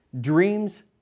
dreams